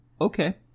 Okay